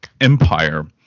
Empire